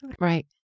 Right